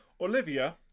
Olivia